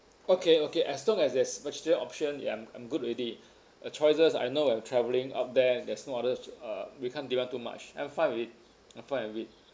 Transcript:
okay okay as long as there's vegetarian option ya I'm I'm good already the choices I know I'm travelling up there there's no others uh we can't demand too much I'm fine with it I'm fine with it